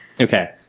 Okay